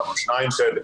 יש לנו שניים כאלה,